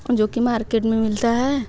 जो कि मार्केट में मिलता है